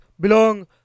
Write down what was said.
belong